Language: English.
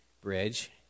bridge